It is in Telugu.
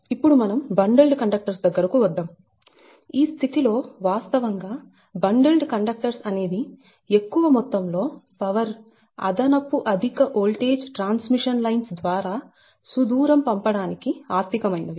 ఇప్పుడు మనం బండల్డ్ కండక్టర్స్ దగ్గరకు వద్దాం ఈ స్థితిలో వాస్తవంగా బండల్డ్ కండక్టర్స్ అనేవి ఎక్కువ మొత్తం లో పవర్ అదనపు అధిక ఓల్టేజ్ ట్రాన్స్మిషన్ లైన్స్ ద్వారా సు దూరం పంపడానికి ఆర్థికమైనవి